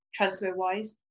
TransferWise